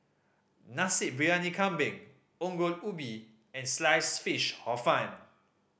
Nasi Briyani Kambing Ongol Ubi and Sliced Fish Hor Fun